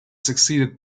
succeeded